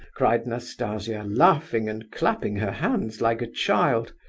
cried nastasia, laughing and clapping her hands like a child.